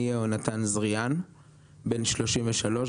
אני בן 33,